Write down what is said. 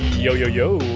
yo, yo, yo,